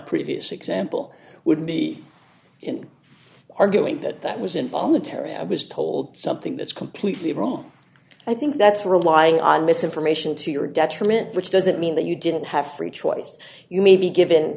previous example would be in arguing that that was involuntary i was told something that's completely wrong i think that's relying on misinformation to your detriment which doesn't mean that you didn't have free choice you may be given